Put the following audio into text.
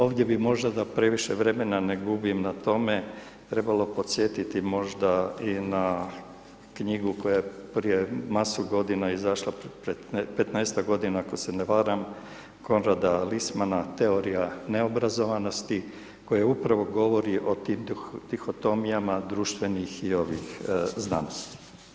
Ovdje bi možda, da previše vremena ne gubim na tome, trebalo podsjetiti možda i na knjigu koja je prije masu godina izašla, pred 15-tak godina ako se ne varam, Konrada Liessmanna Teorija neobrazovanosti, koja upravo govori o tim dihotomijama društvenih i ovih znanosti.